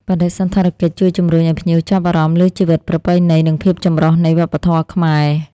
បដិសណ្ឋារកិច្ចជួយជំរុញឱ្យភ្ញៀវចាប់អារម្មណ៍លើជីវិតប្រពៃណី និងភាពចម្រុះននៃវប្បធម៌ខ្មែរ។